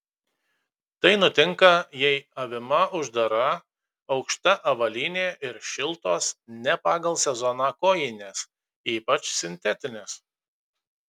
tai nutinka jei avima uždara ankšta avalynė ir šiltos ne pagal sezoną kojinės ypač sintetinės